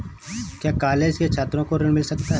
क्या कॉलेज के छात्रो को ऋण मिल सकता है?